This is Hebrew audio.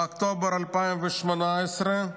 באוקטובר 2018,